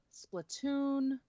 Splatoon